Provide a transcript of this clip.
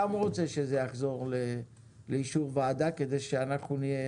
רוצה שזה יחזור לאישור ועדה כדי שאנחנו נהיה